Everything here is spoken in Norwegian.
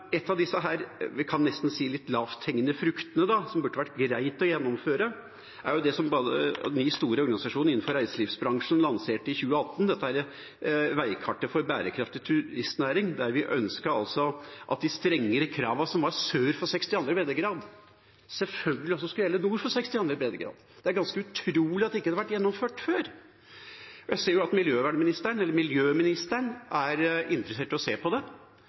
av disse – vi kan nesten si – litt lavthengende fruktene som det burde vært greit å gjennomføre, er det som ni store organisasjoner innenfor reiselivsbransjen lanserte i 2018: veikartet for en bærekraftig turistnæring. Der ønsket vi at de strengere kravene som var sør for 62. breddegrad, selvfølgelig også skulle gjelde nord for 62. breddegrad. Det er ganske utrolig at det ikke har vært gjennomført før. Jeg ser at miljøministeren er interessert i å se på det.